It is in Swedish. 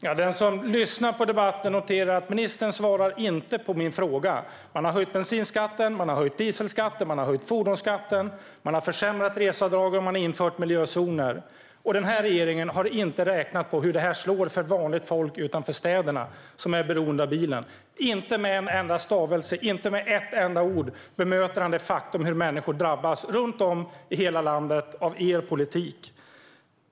Herr talman! Den som lyssnar på debatten noterar att ministern inte svarar på min fråga. Man har höjt bensinskatten, dieselskatten och fordonsskatten. Man har försämrat reseavdragen, och man har infört miljözoner. Regeringen har inte räknat på hur det slår för vanligt folk utanför städerna som är beroende av bilen. Inte med en enda stavelse, inte med ett enda ord, bemöter ministern det faktum hur människor drabbas runt om i hela landet av er politik.